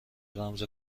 رمز